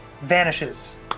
vanishes